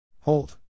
Hold